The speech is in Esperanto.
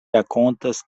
rakontas